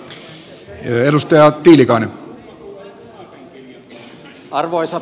arvoisa puhemies